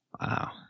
Wow